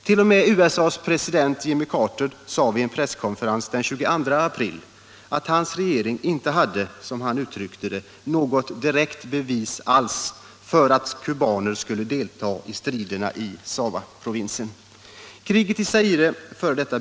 T. o. m. USA:s president Jimmy Carter sade vid en presskonferens den 22 april att hans regering inte hade — som han uttryckte det — ”något direkt bevis alls” för att kubaner skulle delta i striderna i Shabaprovinsen. Kriget i Zaire, f. d.